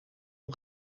een